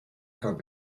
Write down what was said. gab